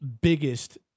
biggest